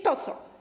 Po co?